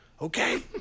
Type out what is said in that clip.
Okay